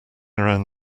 around